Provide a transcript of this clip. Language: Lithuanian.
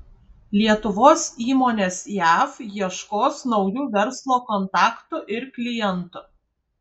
lietuvos įmonės jav ieškos naujų verslo kontaktų ir klientų